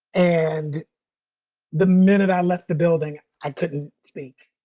and the minute i left the building, i couldn't speak